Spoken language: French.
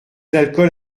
l’alcool